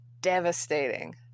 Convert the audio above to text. devastating